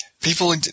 people